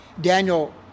Daniel